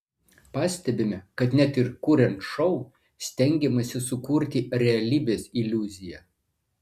pastebime kad net ir kuriant šou stengiamasi sukurti realybės iliuziją